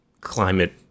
climate